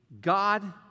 God